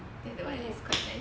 oh this is quite nice